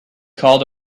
called